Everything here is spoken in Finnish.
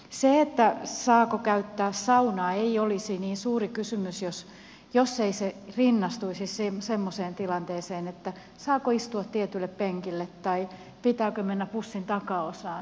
se saako käyttää saunaa ei olisi niin suuri kysymys jos ei se rinnastuisi semmoiseen tilanteeseen että saako istua tietylle penkille tai pitääkö mennä bussin takaosaan